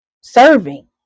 serving